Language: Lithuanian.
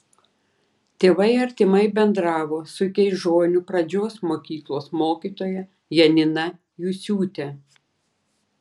tėvai artimai bendravo su keižonių pradžios mokyklos mokytoja janina jusiūte